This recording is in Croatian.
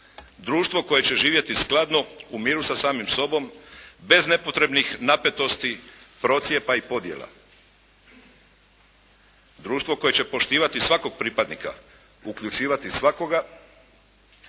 Društvo koje će živjeti skladno u miru sa samim sobom bez nepotrebnih napetosti, procjepa i podjela. Društvo koje će poštivati svakog pripadnika, uključivati svakoga